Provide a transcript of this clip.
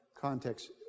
context